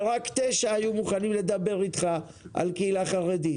ורק תשע היו מוכנים לדבר איתך על קהילה חרדית